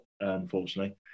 unfortunately